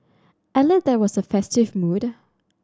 at least there was a festive mood